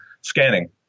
scanning